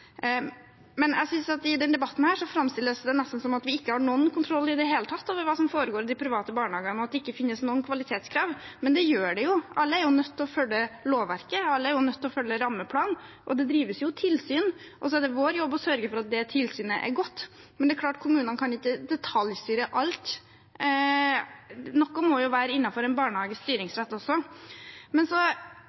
Men i denne debatten framstilles det nesten som at vi ikke har noen kontroll i det hele tatt over hva som foregår i de private barnehagene, at det ikke finnes noen kvalitetskrav. Men det gjør det jo. Alle er nødt til å følge lovverket, alle er nødt til å følge rammeplanen, det drives tilsyn, og det er vår jobb å sørge for at det tilsynet er godt. Men kommunen kan ikke detaljstyre alt, noe må være innenfor en barnehages styringsrett også.